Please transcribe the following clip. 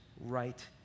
right